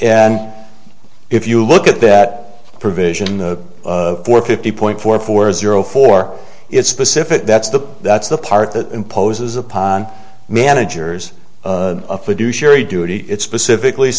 and if you look at that provision the four fifty point four four zero four it's specific that's the that's the part that imposes upon managers a fiduciary duty it specifically